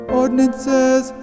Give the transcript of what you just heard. ordinances